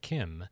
Kim